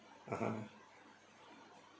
(uh huh)